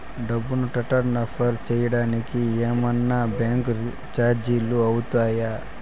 డబ్బును ట్రాన్స్ఫర్ సేయడానికి ఏమన్నా బ్యాంకు చార్జీలు అవుతాయా?